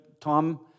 Tom